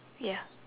ya